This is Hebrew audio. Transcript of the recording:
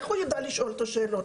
איך הוא ידע לשאול את השאלות?